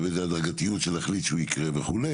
ובאיזו הדרגתיות שנחליט שהוא יקרה וכו',